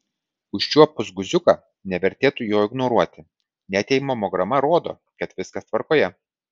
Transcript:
užčiuopus guziuką nevertėtų jo ignoruoti net jei mamograma rodo jog viskas tvarkoje